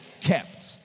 kept